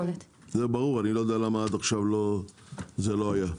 זה ברור, ואני לא יודע למה עד עכשיו זה לא היה.